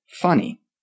funny